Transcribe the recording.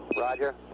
Roger